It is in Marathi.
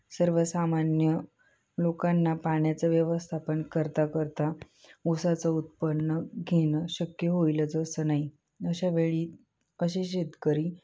सर्वसामान्य लोकांना पाण्याचं व्यवस्थापन करता करता ऊसाचं उत्पन्न घेणं शक्य होईलच असं नाही अशावेळी असे शेतकरी